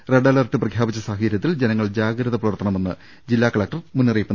red alert പ്രഖ്യാപിച്ച സാഹചര്യത്തിൽ ജനങ്ങൾ ജാഗ്രത പുലർത്തണ മെന്ന് ജില്ലാ കളക്ടർ അറിയിച്ചു